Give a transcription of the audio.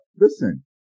Listen